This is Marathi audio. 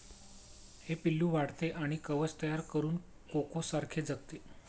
हे पिल्लू वाढते आणि कवच तयार करून कोकोसारखे जगते